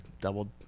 double